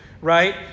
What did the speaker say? Right